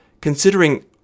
considering